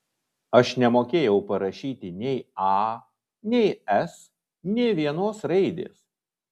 aš nemokėjau parašyti nei a nei s nė vienos raidės